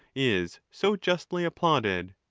is so justly applauded.